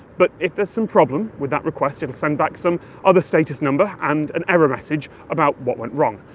but if there's some problem with that request, it'll send back some other status number, and an error message about what went wrong.